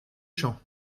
champs